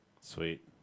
Sweet